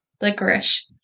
Licorice